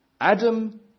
Adam